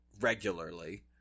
regularly